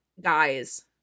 guys